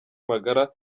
magara